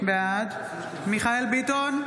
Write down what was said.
בעד מיכאל מרדכי ביטון,